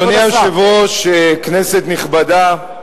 אדוני היושב-ראש, כנסת נכבדה,